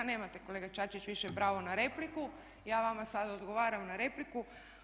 Nemate kolega Čačić više pravo na repliku, ja vama sad odgovaram na repliku.